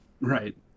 right